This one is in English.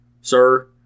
Sir